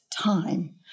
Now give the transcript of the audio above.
time